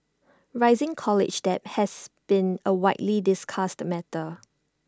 rising college debt has been A widely discussed matter